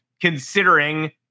considering